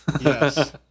Yes